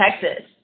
Texas